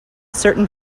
certain